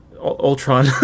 Ultron